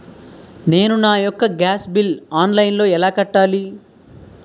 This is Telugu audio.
నేను నా యెక్క గ్యాస్ బిల్లు ఆన్లైన్లో ఎలా కట్టాలి?